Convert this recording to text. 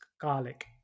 garlic